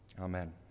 Amen